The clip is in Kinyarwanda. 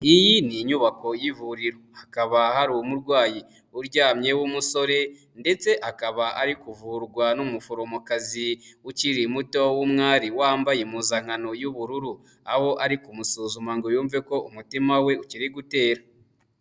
Iyi ni inyubako y'ivuriro hakaba hari umurwayi uryamye w'umusore ndetse akaba ari kuvurwa n'umuforomokazi ukiri muto w'umwari wambaye impuzankano y'ubururu, aho ari kumusuzuma ngo yumve ko umutima we ukiri gutera.